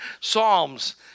Psalms